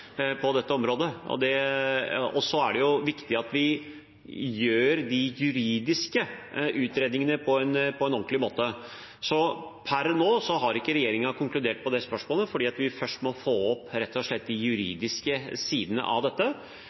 det viktig at vi gjør de juridiske utredningene på en ordentlig måte, så per nå har ikke regjeringen konkludert på det spørsmålet, fordi vi først rett og slett må få opp de juridiske sidene av dette. Dette har vi fullt påtrykk på, og straks de juridiske sidene